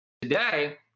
today